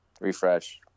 Refresh